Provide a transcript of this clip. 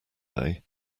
day